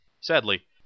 Sadly